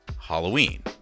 halloween